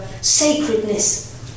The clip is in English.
sacredness